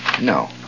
No